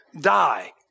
die